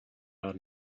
out